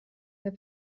der